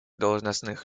должностных